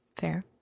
Fair